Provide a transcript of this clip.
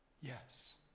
Yes